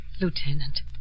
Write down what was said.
Lieutenant